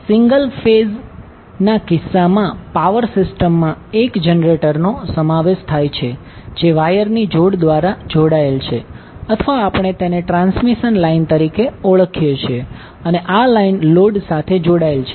તેથી single phase ના કિસ્સામાં પાવર સિસ્ટમ મા 1 જનરેટર નો સમાવેશ થાય છે જે વાયરની જોડ દ્વારા જોડાયેલ છે અથવા આપણે તેને ટ્રાન્સમિશન લાઇન તરીકે ઓળખીએ છીએ અને આ લાઇન લોડ સાથે જોડાયેલ છે